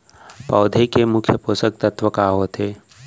पौधे के मुख्य पोसक तत्व का होथे?